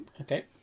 Okay